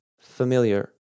Familiar